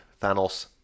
thanos